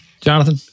Jonathan